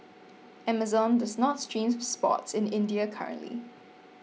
Amazon does not stream sports in India currently